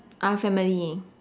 uh family